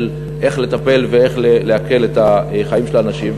איך לטפל ואיך להקל את החיים של האנשים.